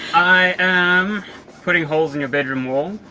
i am putting holes in your bedroom wall